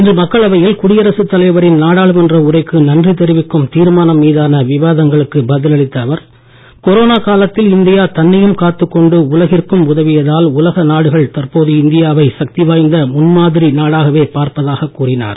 இன்று மக்களவையில் குடியரசு தலைவரின் நாடாளுமன்ற உரைக்கு நன்றி தெரிவிக்கும் தீர்மானம் மீதான விவாதங்களுக்கு பதில் அளித்த அவர் கொரோனா காலத்தில் இந்தியா தன்னையும் காத்துக் கொண்டு உலகிற்கும் உதவியதால் உலக நாடுகள் தற்போது இந்தியாவை சக்தி வாய்ந்த முன்மாதிரி நாடாகவே பார்ப்பதாக கூறினார்